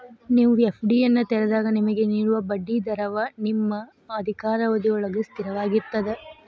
ನೇವು ಎ.ಫ್ಡಿಯನ್ನು ತೆರೆದಾಗ ನಿಮಗೆ ನೇಡುವ ಬಡ್ಡಿ ದರವ ನಿಮ್ಮ ಅಧಿಕಾರಾವಧಿಯೊಳ್ಗ ಸ್ಥಿರವಾಗಿರ್ತದ